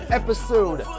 episode